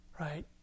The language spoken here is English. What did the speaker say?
Right